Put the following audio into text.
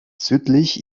südlich